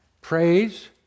Praise